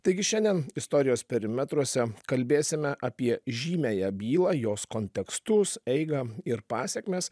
taigi šiandien istorijos perimetruose kalbėsime apie žymiąją bylą jos kontekstus eigą ir pasekmes